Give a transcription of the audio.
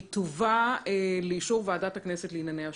היא תובא לאישור ועדת הכנסת לענייני השירות.